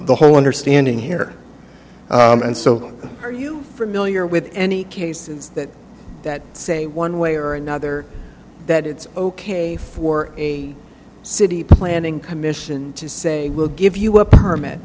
the whole understanding here and so are you familiar with any case that say one way or another that it's ok for a city planning commission to say we'll give you a permit